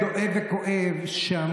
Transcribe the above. חבר הכנסת רון כץ.